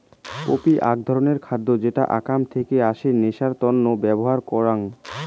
poppy আক ধরণের খাদ্য যেটা আকাম থেকে আসে নেশার তন্ন ব্যবহার করাং